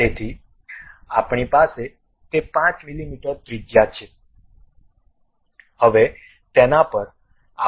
તેથી આપણી પાસે તે 5 મીમી ત્રિજ્યા છે